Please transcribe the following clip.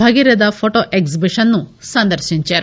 Bhagiratha photo exhibition ను సందర్శించారు